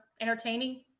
entertaining